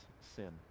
sin